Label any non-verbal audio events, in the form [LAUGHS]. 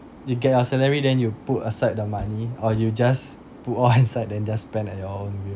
you get your salary then you put aside the money or you just put [LAUGHS] all inside than just spend at your own will